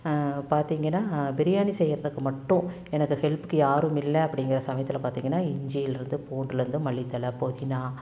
பார்த்திங்கன்னா பிரியாணி செய்கிறதுக்கு மட்டும் எனக்கு ஹெல்ப்புக்கு யாரும் இல்லை அப்படிங்கிற சமயத்தில் பார்த்திங்கன்னா இஞ்சியிலிருந்து பூண்டுலேயிருந்து மல்லித்தழை புதினா